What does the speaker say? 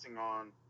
on